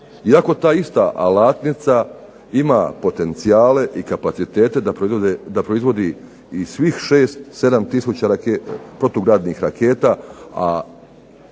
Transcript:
iako ta ista "Alatnica" ima potencijale i kapacitete da proizvodi i svih 7 tisuća protugradnih raketa,